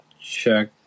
Check